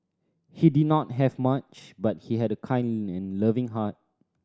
he did not have much but he had a kind and loving heart